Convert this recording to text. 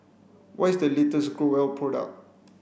what is the latest Growell product